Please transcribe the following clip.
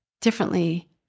differently